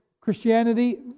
Christianity